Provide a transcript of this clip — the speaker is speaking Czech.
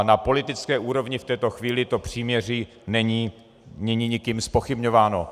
Na politické úrovni v této chvíli to příměří není nikým zpochybňováno.